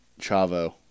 Chavo